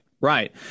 Right